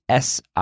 SI